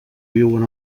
viuen